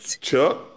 Chuck